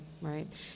right